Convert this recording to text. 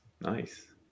Nice